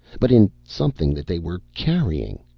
but in something that they were carrying.